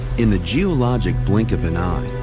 in the geologic blink of an eye,